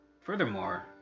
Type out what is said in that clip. Furthermore